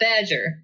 badger